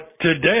today